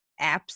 apps